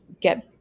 get